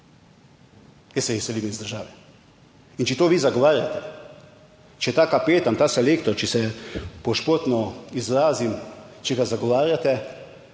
Jaz se izselim iz države in če to vi zagovarjate, če ta kapetan, ta selektor, če se po športno izrazim, če ga zagovarjate,